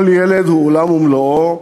כל ילד הוא עולם ומלואו.